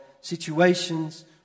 situations